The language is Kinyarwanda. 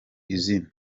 izina